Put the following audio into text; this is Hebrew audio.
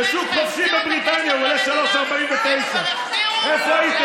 בשוק חופשי בבריטניה הוא עולה 3.49. כבר החזירו?